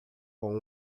com